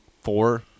four